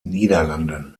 niederlanden